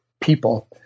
people